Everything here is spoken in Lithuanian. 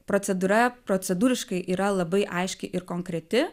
procedūra procedūriškai yra labai aiški ir konkreti